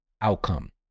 outcome